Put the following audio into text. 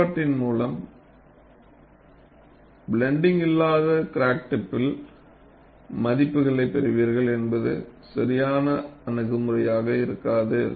ஏற்பாட்டின் மூலம் பிளன்டிங்க் இல்லாத கிராக் டிப்பில் மதிப்புகளைப் பெறுவீர்கள் என்பது சரியான அணுகுமுறையாக இருக்காது